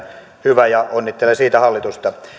hyvä ja onnittelen siitä hallitusta